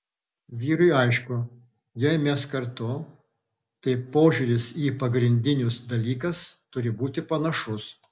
vyrui aišku jei mes kartu tai požiūris į pagrindinius dalykas turi būti panašus